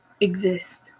exist